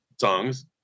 songs